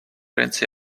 ręce